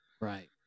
Right